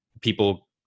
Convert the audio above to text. people